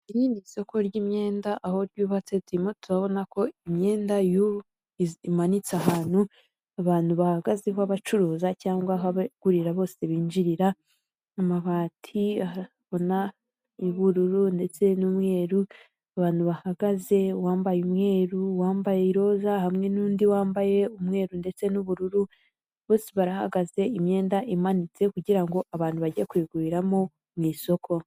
Iri ni isoko ry'imyenda aho ryubatse turimo turabona ko imyenda imanitse ahantu abantu bahagazeho bacuruza cyangwa abagurira bosebinjirira, amabatiy'ubururu ndetse n'umweru abantu bahagaze uwambaye umweru uwambaye roza hamwe n'undi wambaye umweru ndetse n'ubururu, bose barahagaze imyenda imanitse kugirango abantu bajye kuyiguriramo mu isoko.